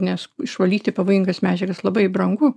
nes išvalyti pavojingas medžiagas labai brangu